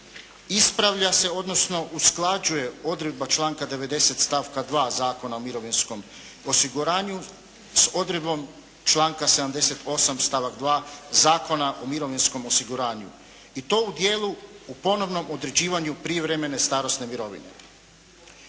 ispravlja se, odnosno usklađuje odredba članka 90. stavka 2. Zakona o mirovinskom osiguranju s odredbom članka 78. stavak 2. Zakona o mirovinskom osiguranju i to u dijelu u ponovnom određivanju prijevremene starosne mirovine.